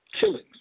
killings